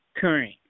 current